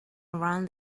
around